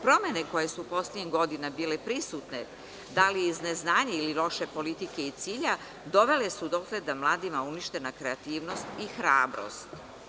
Promene koje su poslednjih godina bile prisutne, da li iz neznanja ili loše politike i cilja, dovele su dotle da je mladima uništena kreativnost i hrabrost.